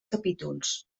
capítols